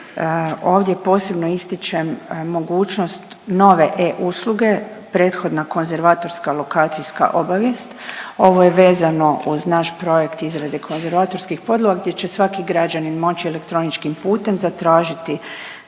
Ovdje posebno ističem mogućnost nove e-usluge, prethodna konzervatorska lokacijska obavijest. Ovo je vezano uz naš projekt izrade konzervatorskih podloga gdje će svaki građanin moći elektroničkim putem zatražiti